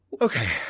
Okay